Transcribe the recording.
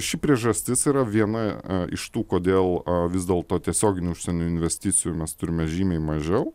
ši priežastis yra viena iš tų kodėl vis dėl to tiesioginių užsienio investicijų mes turime žymiai mažiau